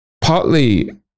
Partly